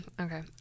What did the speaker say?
okay